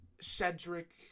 Cedric